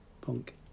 punk